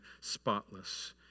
spotless